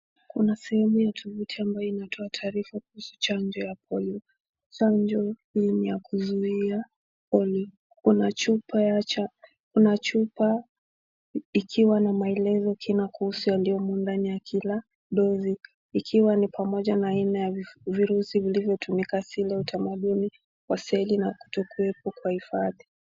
Kuna sehemu ya tovuti ambayo inatoa taarifa kuhusu chanjo ya polio. Chanjo hii ni ya kuzuia polio. Kuna chupa ikiwa na maelezo ya kina kuhusu yaliyo ndani ya kila dozi . Ikiwa ni pamoja na aina ya virusi vilivyotumika utamaduni wa seli na kutokuwepo kwa hifadhi.